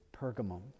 Pergamum